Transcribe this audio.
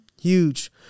Huge